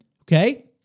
Okay